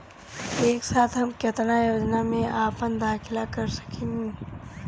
एक साथ हम केतना योजनाओ में अपना दाखिला कर सकेनी?